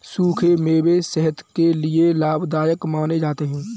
सुखे मेवे सेहत के लिये लाभदायक माने जाते है